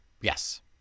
Yes